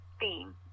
theme